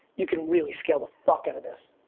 you can really scale the fuck out of this.